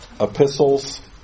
epistles